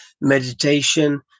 meditation